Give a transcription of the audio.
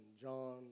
John